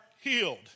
healed